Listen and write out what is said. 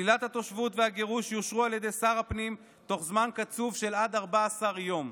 שלילת תושבות והגירוש יאושרו על ידי שר הפנים בתוך זמן קצוב של 14 יום.